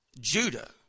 Judah